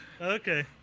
okay